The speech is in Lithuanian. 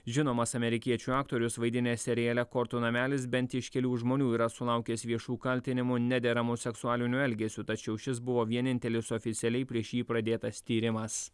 žinomas amerikiečių aktorius vaidinęs seriale kortų namelis bent iš kelių žmonių yra sulaukęs viešų kaltinimų nederamu seksualiniu elgesiu tačiau šis buvo vienintelis oficialiai prieš jį pradėtas tyrimas